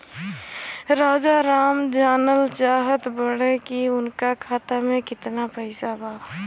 राजाराम जानल चाहत बड़े की उनका खाता में कितना पैसा बा?